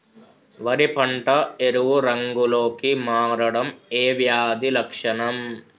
వరి పంట ఎరుపు రంగు లో కి మారడం ఏ వ్యాధి లక్షణం?